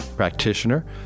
practitioner